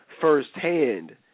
firsthand